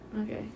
Okay